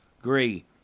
Agree